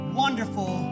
wonderful